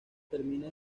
termina